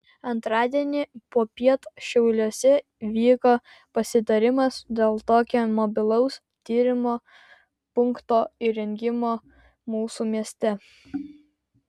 antradienį popiet šiauliuose vyko pasitarimas dėl tokio mobilaus tyrimų punkto įrengimo mūsų mieste